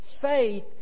Faith